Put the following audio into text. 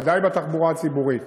ודאי בתחבורה הציבורית.